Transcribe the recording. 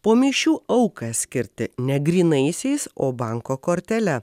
po mišių auką skirti ne grynaisiais o banko kortele